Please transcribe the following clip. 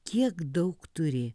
kiek daug turi